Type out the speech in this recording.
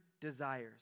desires